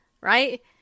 Right